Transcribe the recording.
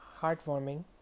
heartwarming